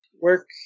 Work